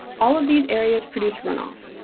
all of these areas produce runoff.